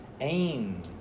aim